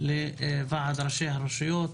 לוועד ראשי הרשויות,